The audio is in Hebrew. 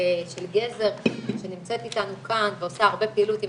של גזר שנמצאת איתנו כאן ועושה הרבה פעילות עם